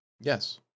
Yes